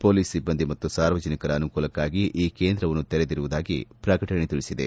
ಶೊಲೀಸ್ ಸಿಬ್ಲಂದಿ ಮತ್ತು ಸಾರ್ವಜನಿಕರ ಅನುಕೂಲಕ್ಷಾಗಿ ಈ ಕೇಂದ್ರವನ್ನು ತೆರೆದಿರುವುದಾಗಿ ಪ್ರಕಟಣೆ ತಿಳಿಸಿದೆ